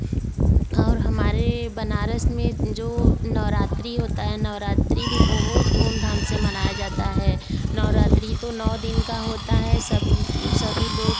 और हमारे बनारस में जो नवरात्री होता है नवरात्री भी बहुत धूम धाम से मनाया जाता है नवरात्री तो नौ दिन का होता है सब सभी लोग